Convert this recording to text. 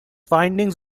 findings